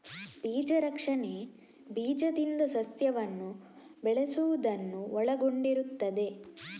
ಬೀಜ ರಕ್ಷಣೆ ಬೀಜದಿಂದ ಸಸ್ಯವನ್ನು ಬೆಳೆಸುವುದನ್ನು ಒಳಗೊಂಡಿರುತ್ತದೆ